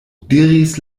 diris